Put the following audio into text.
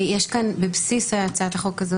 בבסיס הצעת החוק הזו,